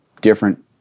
different